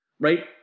right